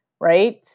right